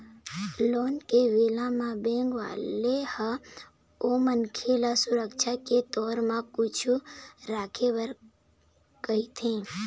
loan के बदला म बेंक वाले ह ओ मनखे ल सुरक्छा के तौर म कुछु रखे बर कहिथे